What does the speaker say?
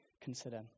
consider